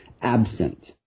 absent